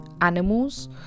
animals